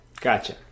gotcha